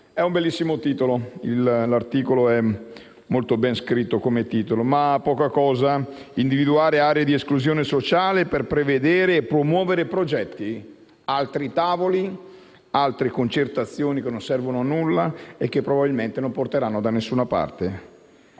È un bellissimo titolo. L'articolo è molto ben scritto, ma è poca cosa individuare aree di esclusione sociale per prevedere e promuovere progetti, altri tavoli e altre concertazioni che non servono a nulla e che probabilmente non porteranno da nessuna parte.